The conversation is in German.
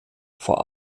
vor